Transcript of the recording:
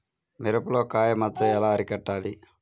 మిరపలో కాయ మచ్చ ఎలా అరికట్టాలి?